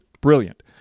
Brilliant